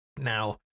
now